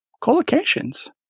collocations